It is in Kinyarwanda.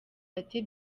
ati